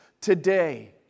today